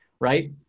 right